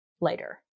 later